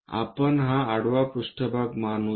आपण हा आडवा पृष्ठभाग मानूया